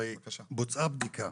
הרי בוצעה בדיקה,